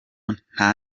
nta